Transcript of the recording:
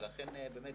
ולכן באמת,